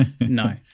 no